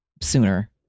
sooner